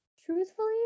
Truthfully